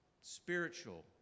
spiritual